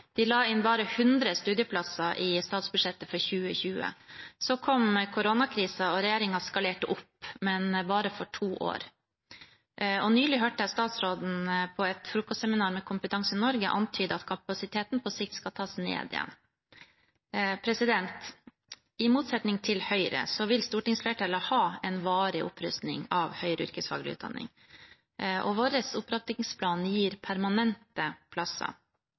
De la inn bare 100 studieplasser i statsbudsjettet for 2020. Så kom koronakrisen, og regjeringen skalerte opp, men bare for to år. Nylig hørte jeg statsråden på et frokostseminar i regi av Kompetanse Norge antyde at kapasiteten på sikt skal tas ned igjen. I motsetning til Høyre vil stortingsflertallet ha en varig opprustning av høyere yrkesfaglig utdanning. Vår opptrappingsplan gir permanente plasser,